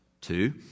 Two